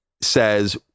says